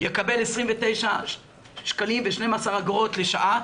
יקבל 29 שקלים ו-12 אגורות לשעה,